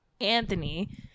Anthony